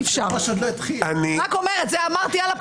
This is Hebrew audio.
אני אומרת זאת על הפתיח.